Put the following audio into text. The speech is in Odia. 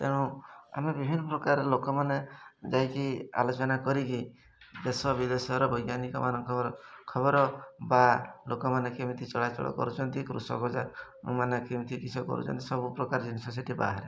ତେଣୁ ଆମେ ବିଭିନ୍ନ ପ୍ରକାର ଲୋକମାନେ ଯାଇକି ଆଲୋଚନା କରିକି ଦେଶ ବିଦେଶର ବୈଜ୍ଞାନିକ ମାନଙ୍କର ଖବର ବା ଲୋକମାନେ କେମିତି ଚଳାଚଳ କରୁଛନ୍ତି କୃଷକ ମାନେ କେମିତି କିସ କରୁଛନ୍ତି ସବୁପ୍ରକାର ଜିନିଷ ସେଠି ବାହାରେ